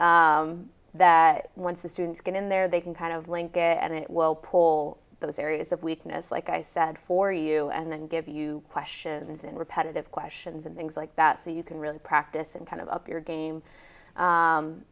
scores that once the students get in there they can kind of link it and it will pull those areas of weakness like i said for you and then give you questions and repetitive questions and things like that so you can really practice and kind of up your game